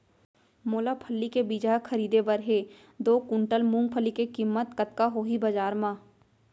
मोला फल्ली के बीजहा खरीदे बर हे दो कुंटल मूंगफली के किम्मत कतका होही बजार म?